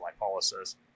lipolysis